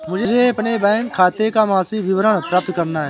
मुझे अपने बैंक खाते का मासिक विवरण प्राप्त करना है?